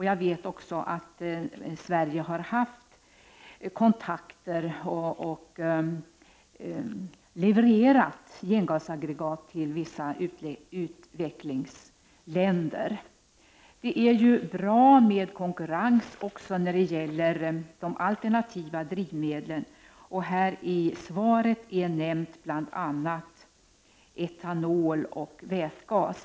Jag vet att Sverige har haft kontakter och levererat gengasaggregat till vissa utvecklingsländer. Det är ju bra med konkurrens också när det gäller de alternativa drivmedlen. I interpellationssvaret nämns bl.a. etanol och vätgas.